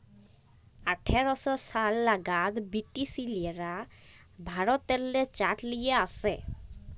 আঠার শ সাল লাগাদ বিরটিশরা ভারতেল্লে চাঁট লিয়ে আসে